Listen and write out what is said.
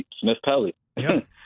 Smith-Pelly